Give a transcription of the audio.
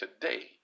today